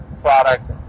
product